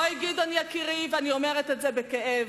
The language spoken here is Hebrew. אוי, גדעון יקירי, ואני אומרת את זה בכאב,